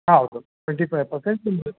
ಹೌದು twenty five percent ನಿಮ್ಮದು